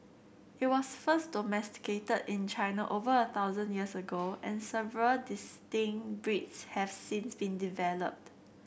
it was first domesticated in China over a thousand years ago and several distinct breeds have since been developed